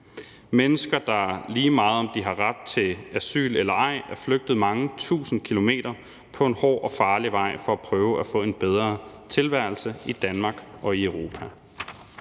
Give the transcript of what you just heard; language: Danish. mennesker, der, lige meget om de har ret til asyl eller ej, er flygtet mange tusind kilometer på en hård og farlig vej for at prøve at få en bedre tilværelse i Danmark og i Europa.